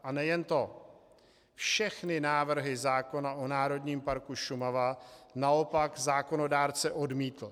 A nejen to, všechny návrhy zákona o Národním parku Šumava naopak zákonodárce odmítl.